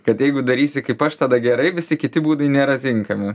kad jeigu darysi kaip aš tada gerai visi kiti būdai nėra tinkami